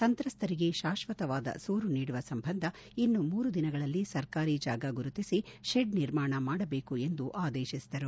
ಸಂತ್ರಸ್ವರಿಗೆ ಶಾಶ್ವತವಾದ ಸೂರು ನೀಡುವ ಸಂಬಂಧ ಇನ್ನು ಮೂರು ದಿನಗಳಲ್ಲಿ ಸರ್ಕಾರಿ ಜಾಗ ಗುರುತಿಸಿ ಶೆಡ್ ನಿರ್ಮಾಣ ಮಾಡಬೇಕು ಎಂದು ಆದೇಶಿಸಿದರು